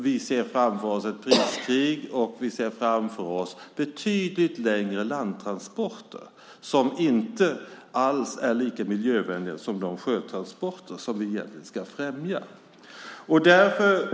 Vi ser framför oss ett priskrig, och vi ser framför oss betydligt längre landtransporter, som inte alls är lika miljövänliga som de sjötransporter som vi egentligen ska främja.